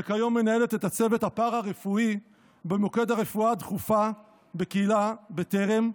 וכיום מנהלת את הצוות הפארה-רפואי במוקד הרפואה הדחופה בקהילה של טרם,